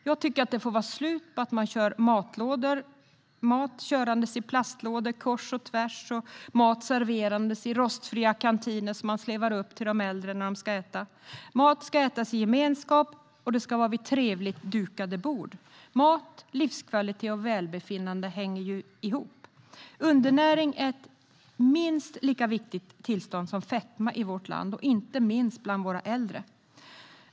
Jag tycker att det får vara slut på att man kör mat i plastlådor kors och tvärs eller slevar upp mat ur rostfria kantiner när de äldre ska äta. Mat ska ätas i gemenskap vid trevligt dukade bord. Mat, livskvalitet och välbefinnande hänger ju ihop. Undernäring är ett minst lika allvarligt tillstånd som fetma i vårt land, inte minst bland våra äldre.